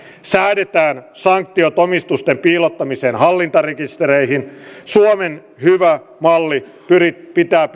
säädetään sanktiot omistusten piilottamisesta hallintarekistereihin suomen hyvä malli pitää